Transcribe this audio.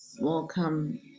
welcome